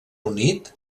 unit